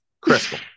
Crystal